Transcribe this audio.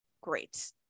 great